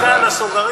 ושליטה על הסוגרים...